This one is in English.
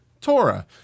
Torah